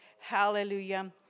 Hallelujah